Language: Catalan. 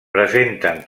presenten